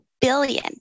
billion